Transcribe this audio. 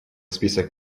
список